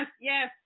yes